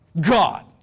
God